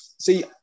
see